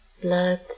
blood